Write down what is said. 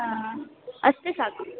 ಹಾಂ ಅಷ್ಟೆ ಸಾಕು